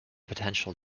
potential